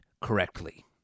correctly